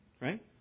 right